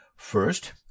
first